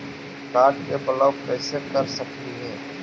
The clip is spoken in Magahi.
कार्ड के ब्लॉक कैसे कर सकली हे?